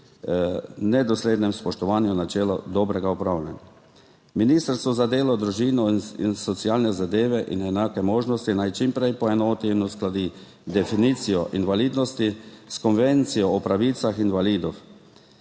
nedoslednem spoštovanju načela dobrega upravljanja. Ministrstvo za delo, družino, socialne zadeve in enake možnosti naj čim prej poenoti in uskladi definicijo invalidnosti s Konvencijo o pravicah invalidov.